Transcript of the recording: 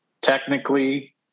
technically